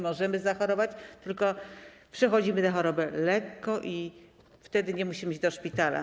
Możemy zachorować, tylko przechodzimy tę chorobę lekko i nie musimy iść do szpitala.